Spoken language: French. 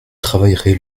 travaillerez